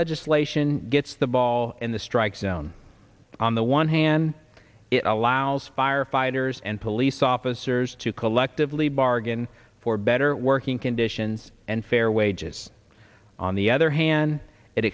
legislation gets the ball in the strike zone on the one hand it allows firefighters and police officers to collectively bargain for better working conditions and fair wages on the other hand it